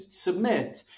submit